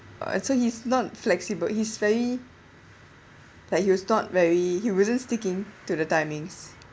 and so he's non-flexible he's very like he was not very he wasn't sticking to the timings